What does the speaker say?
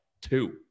two